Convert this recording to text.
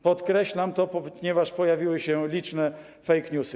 Podkreślam to, ponieważ pojawiły się liczne fake newsy.